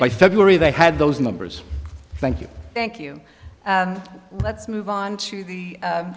by february they had those numbers thank you thank you and let's move on to the